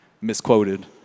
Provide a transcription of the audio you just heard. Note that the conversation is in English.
misquoted